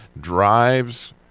drives